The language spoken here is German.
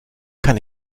kann